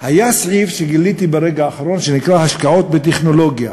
היה סעיף שגיליתי ברגע האחרון שנקרא "השקעות בטכנולוגיה",